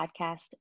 podcast